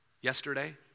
yesterday